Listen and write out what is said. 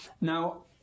Now